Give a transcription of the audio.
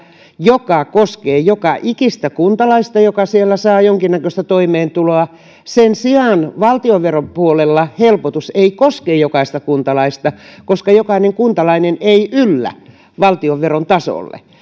joka koskee joka ikistä kuntalaista joka siellä saa jonkinnäköistä toimeentuloa sen sijaan valtionveron puolella helpotus ei koske jokaista kuntalaista koska jokainen kuntalainen ei yllä valtionveron tasolle